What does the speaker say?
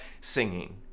singing